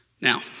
Now